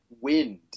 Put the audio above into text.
wind